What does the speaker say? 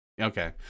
Okay